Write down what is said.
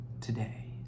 today